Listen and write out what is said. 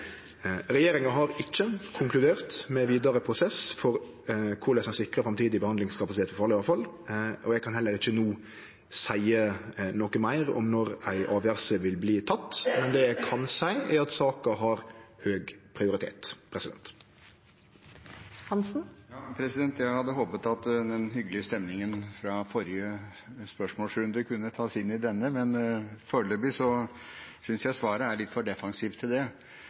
Regjeringa har ikkje konkludert med vidare prosess for korleis ein sikrar framtidig behandlingskapasitet for farleg avfall, og eg kan heller ikkje seie noko meir no om når ei avgjerd vil bli tatt. Det eg kan seie, er at saka har høg prioritet. Jeg hadde håpet at den hyggelige stemningen fra forrige spørsmålsrunde kunne tas med inn i denne, men foreløpig synes jeg svaret er litt for defensivt til det.